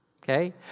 okay